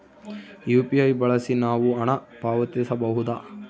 UPI ಬಳಸಿ ನಾವು ಹಣ ಪಾವತಿಸಬಹುದಾ?